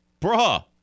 Bruh